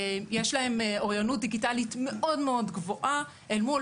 יש להם אוריינות דיגיטלית מאוד גבוהה אל מול